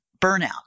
burnout